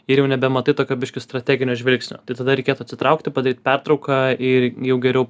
ir jau nebematai tokio biški strateginio žvilgsnio tai tada reikėtų atsitraukti padaryti pertrauką ir jau geriau